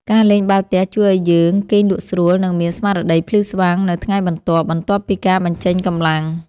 ការលេងបាល់ទះជួយឱ្យយើង គេងលក់ស្រួល និងមានស្មារតីភ្លឺស្វាងនៅថ្ងៃបន្ទាប់ បន្ទាប់ពីការបញ្ចេញកម្លាំង។